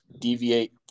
deviate